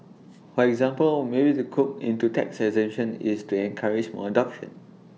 for example maybe they cook into tax exemption is to encourage more adoption